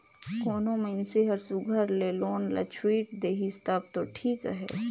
कोनो मइनसे हर सुग्घर ले लोन ल छुइट देहिस तब दो ठीक अहे